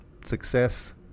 success